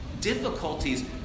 difficulties